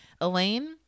Elaine